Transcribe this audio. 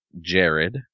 Jared